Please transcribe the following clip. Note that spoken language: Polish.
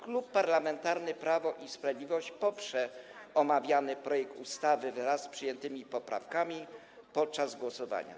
Klub Parlamentarny Prawo i Sprawiedliwość poprze omawiany projekt ustawy wraz z przyjętymi poprawkami podczas głosowania.